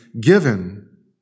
given